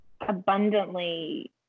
abundantly